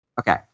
Okay